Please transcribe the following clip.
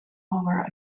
over